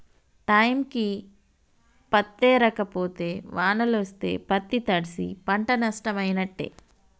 టైంకి పత్తేరక పోతే వానలొస్తే పత్తి తడ్సి పంట నట్టమైనట్టే